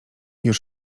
już